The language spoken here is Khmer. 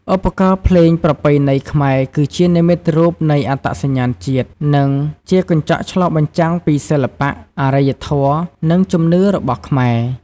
ឧបករណ៍ភ្លេងប្រពៃណីខ្មែរ គឺជានិមិត្តរូបនៃអត្តសញ្ញាណជាតិ និងជាកញ្ចក់ឆ្លុះបញ្ចាំងពីសិល្បៈ អរិយធម៌ និងជំនឿរបស់ខ្មែរ។